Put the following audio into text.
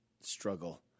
struggle